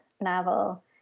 novel